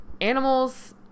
animals